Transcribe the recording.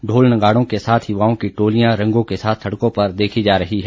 ढोल नगाड़ों के साथ युवाओं की टोलियां रंगों के साथ सड़कों पर देखी जा रही है